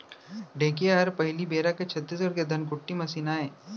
ढेंकी हर पहिली बेरा के छत्तीसगढ़ के धनकुट्टी मसीन आय